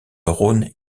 rhône